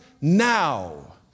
now